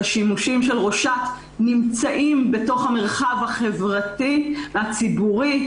השימושים של "ראשת" נמצאים בתוך המרחב החברתי הציבורי,